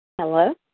Hello